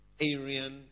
Aryan